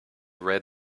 read